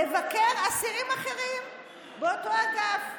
לבקר אסירים אחרים באותו אגף.